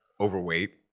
overweight